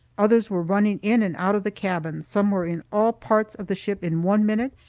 others were running in and out of the cabins, some were in all parts of the ship in one minute,